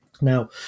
Now